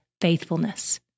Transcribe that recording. faithfulness